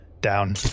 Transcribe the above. down